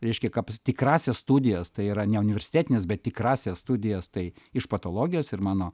reiškia kaps tikrąsias studijas tai yra neuniversitetines bet tikrąsias studijas tai iš patologijos ir mano